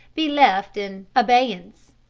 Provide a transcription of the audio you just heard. be left in abeyance.